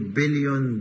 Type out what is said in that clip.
billion